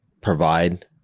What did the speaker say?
provide